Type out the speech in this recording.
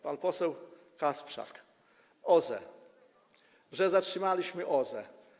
Pan poseł Kasprzak mówił, że zatrzymaliśmy OZE.